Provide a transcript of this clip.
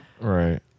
Right